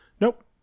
Nope